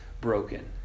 broken